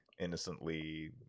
innocently